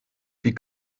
wie